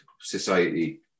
society